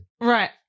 right